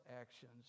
actions